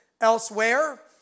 elsewhere